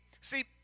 See